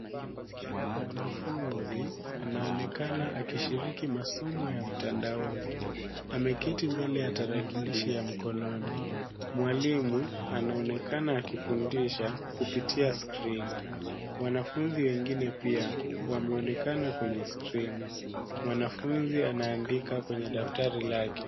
Mwanafunzi anaonekana akishirika masomo ya mtandaoni ,ameketi mbele ya tarakilishi ya mkononi. Mwalimu anaonekana akifundisha kupitia skrini. Wanafunzi wengine pia wameonekana kwenye skrini. Mwanafunzi anaandika kwenye daftari lake.